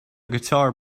guitar